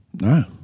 No